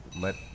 let